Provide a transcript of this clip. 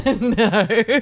No